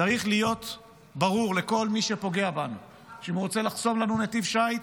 צריך להיות ברור לכל מי שפוגע בנו שאם הוא רוצה לחסום לנו נתיב שיט,